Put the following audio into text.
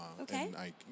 Okay